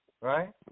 right